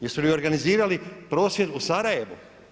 Jesu li organizirali prosvjed u Sarajevu?